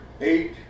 eight